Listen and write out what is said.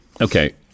Okay